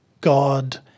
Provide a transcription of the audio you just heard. God